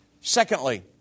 Secondly